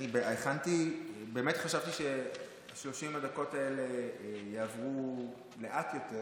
הכנתי ובאמת חשבתי ש-30 הדקות האלה יעברו לאט יותר,